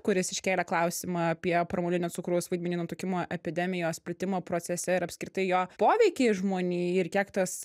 kuris iškėlė klausimą apie pramoninio cukraus vaidmenį nutukimo epidemijos plitimo procese ir apskritai jo poveikį žmonijai ir kiek tas